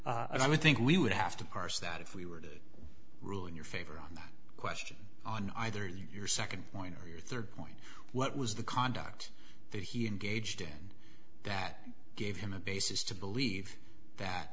i would think we would have to parse that if we were to rule in your favor on that question on either your second point or your third point what was the conduct that he engaged in that gave him a basis to believe that